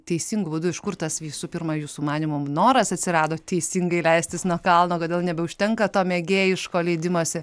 teisingu būdu iš kur tas visų pirma jūsų manymu noras atsirado teisingai leistis nuo kalno kodėl nebeužtenka to mėgėjiško leidimosi